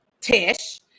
Tish